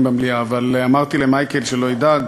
אבל אמרתי למייקל שלא ידאג,